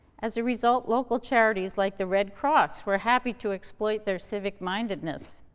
as a result, local charities, like the red cross, were happy to exploit their civic mindedness.